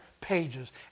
pages